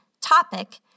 topic